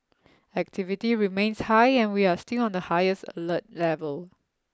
activity remains high and we are still on the highest alert level